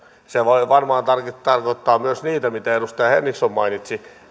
se voi varmaan tarkoittaa tarkoittaa myös niitä mitä edustaja henriksson mainitsi